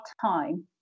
time